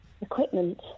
Equipment